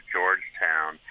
Georgetown